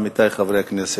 עמיתי חברי הכנסת,